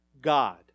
God